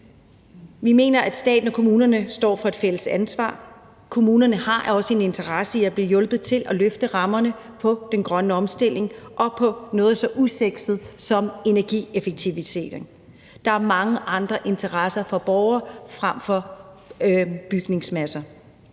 Vi mener, at staten og kommunerne står for et fælles ansvar, og kommunerne har jo også en interesse i at blive hjulpet til at løfte rammerne på den grønne omstilling og på noget så usexet som energieffektivisering. Der er mange andre interesser for borgerne frem for bygningsmasser,